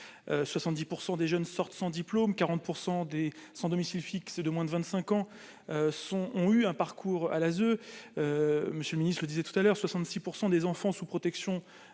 70 % des jeunes sortent sans diplôme 40 % des sans domicile fixe de moins de 25 ans sont ont eu un parcours à l'ASE, monsieur le Ministre vous disait tout à l'heure 66 % des enfants sous protection